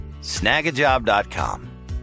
snagajob.com